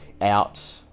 out